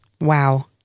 Wow